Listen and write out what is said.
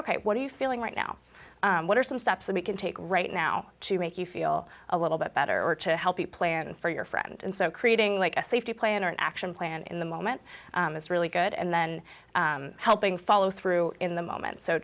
ok what are you feeling right now what are some steps that we can take right now to make you feel a little bit better or to help you plan for your friend and so creating like a safety plan or an action plan in the moment is really good and then helping follow through in the moment so